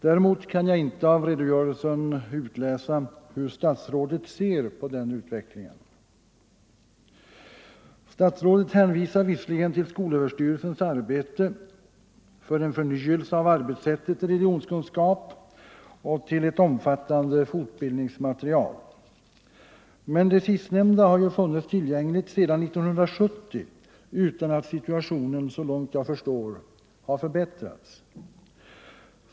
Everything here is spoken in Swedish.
Däremot kan jag inte av redogörelsen utläsa hur statsrådet ser på den utvecklingen. Statsrådet hänvisar visserligen till skolöverstyrelsens arbete för en förnyelse av arbetssättet i religionskunskap och till ett omfattande fortbildningsmaterial, men det sistnämnda har ju funnits tillgängligt sedan 1970 utan att situationen, så långt jag förstår, har förbättrats.